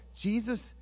Jesus